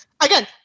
again